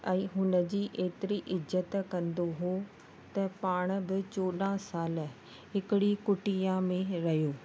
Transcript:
ऐं हुन जी एतिरी इज़तु कंदो हो त पाण बि चोॾहं साल हिकिड़ी कुटिया में रहियो